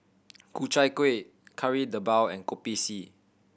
Ku Chai Kuih Kari Debal and Kopi C